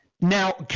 Now